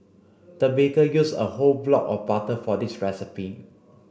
the baker used a whole block of butter for this recipe